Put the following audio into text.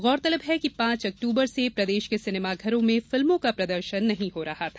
गौरतलब है कि पांच अक्टूबर से प्रदेश के सिनेमाघरों में फिल्मों का प्रदर्शन नहीं हो रहा था